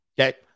Okay